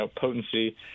potency